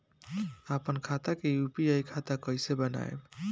आपन खाता के यू.पी.आई खाता कईसे बनाएम?